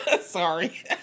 Sorry